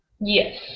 Yes